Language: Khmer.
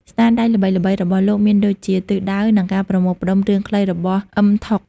ស្នាដៃល្បីៗរបស់លោកមានដូចជា ទិសដៅ និងការប្រមូលផ្ដុំ រឿងខ្លីរបស់អ៊ឹម ថុក។